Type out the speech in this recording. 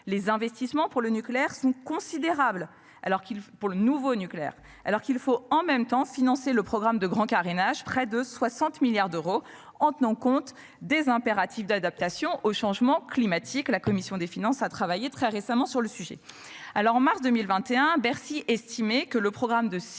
alors qu'il pour le nouveau nucléaire alors qu'il faut en même temps financer le programme de grand carénage, près de 60 milliards d'euros en tenant compte des impératifs d'adaptation au changement climatique, la commission des finances a travailler très récemment sur le sujet alors en mars 2021, Bercy estimé que le programme de six EPR2 hors